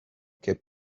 cape